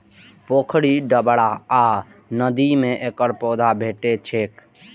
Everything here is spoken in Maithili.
पोखरि, डबरा आ नदी मे एकर पौधा भेटै छैक